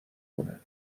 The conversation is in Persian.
کنه